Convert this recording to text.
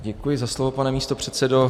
Děkuji za slovo, pane místopředsedo.